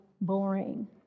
boring